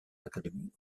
academy